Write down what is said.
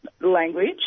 language